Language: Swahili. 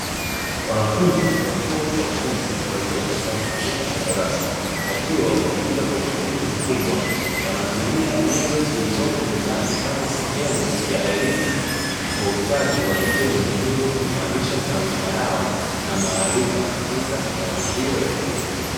Wanafunzi wa chuo cha ufundi waliopo ndani ya chumba ya darasa, wakiwa wametulia kwa umakini mkubwa wanatumia nyenzo zilizopo mezani, kama sehemu ya elimu kwa ustadi wa vitendo na hivyo kuimarisha taaluma yao na maarifa katika ngazi hiyo ya elimu.